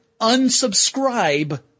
unsubscribe